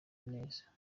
neza